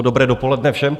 Dobré dopoledne všem.